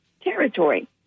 territory